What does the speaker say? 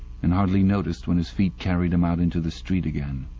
and hardly noticed when his feet carried him out into the street again.